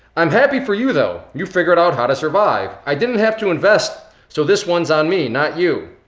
i'm happy for you, though. you figured out how to survive. i didn't have to invest so this one's on me, not you.